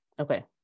Okay